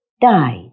died